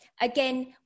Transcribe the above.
Again